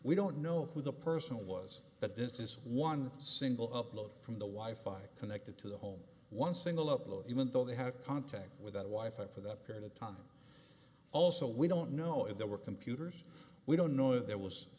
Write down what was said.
we don't know who the person was but this is one single upload from the wife i connected to the home one single upload even though they have contact with that wife and for that period of time also we don't know if there were computers we don't know if there was